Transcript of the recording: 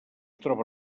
troba